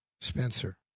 Spencer